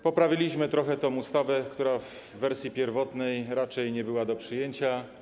Poprawiliśmy trochę tę ustawę, która w wersji pierwotnej raczej była nie do przyjęcia.